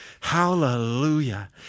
Hallelujah